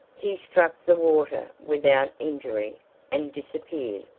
he struck the water without injury and disappeared.